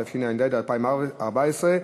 התשע"ד 2014,